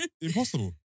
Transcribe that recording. impossible